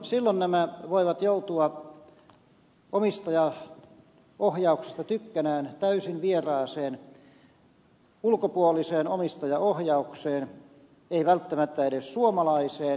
silloin nämä voivat joutua omistajaohjauksesta tykkänään täysin vieraaseen ulkopuoliseen omistajaohjaukseen ei välttämättä edes suomalaiseen